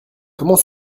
comment